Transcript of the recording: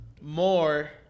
More